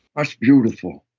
ah beautiful.